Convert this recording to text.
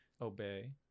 Obey